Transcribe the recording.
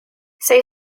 say